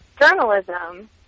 journalism